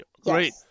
great